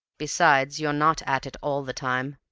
besides, you're not at it all the time.